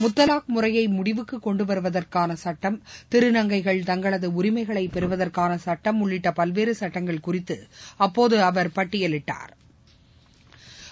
முத்தலாக் முறையை முடிவுக்கு கொண்டு வருவதற்கான சட்டம் திருநங்கைகள் தங்களது உரிமைகளைப் பெறுவதற்கான சட்டம் உள்ளிட்ட பல்வேறு சட்டங்கள் குறித்து அப்போது அவர் பட்டியலிட்டா்